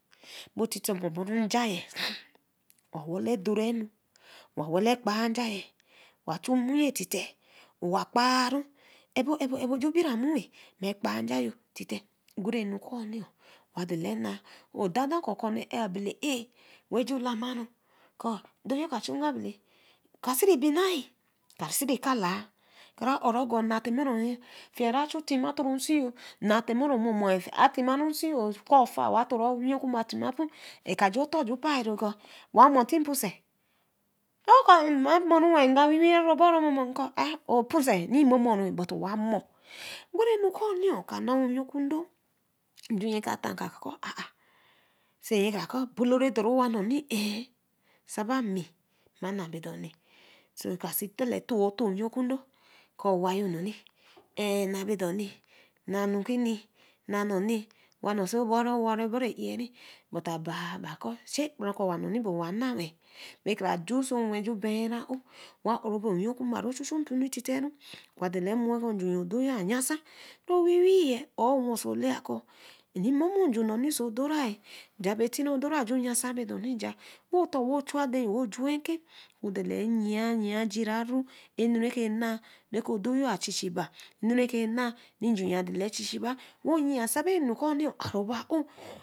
Bo tite oberu njaye. owo wala dorenu. wa wala kpa njaye. wa chu mmu ye tite. wa kparu. abo Abo ju bira mu. ma kpa njayo ko onee ar abelae bae ju lamaru ko odoyo ka chu ngor abelae. kason binae. ka siri kalae. kara orogo. a chu tima ton nsinyo. kwo afar a timarin sin yo a tima pun. raka jo otor ju jurayu kor owa mo tin ponse. mma meru weeh nga wee wee ru obaro momo. rinmomo ru but obamo. Anuko kai na ra owekundo njunye ka tanka. kia kor obolo ra doru owanoni eh. saba mi nma na bodo ni. oka see talli tee owekundo ko owa yo na bodo nai. na nukuni noni. rin momo njun noni so odoraye ja bae odora ju yansan bidoni. o chuwa adenyo juen eken wo dole yan yan jira ru. anu raka na odoyo a chi chi ba.